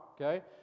okay